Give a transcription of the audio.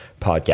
podcast